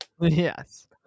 Yes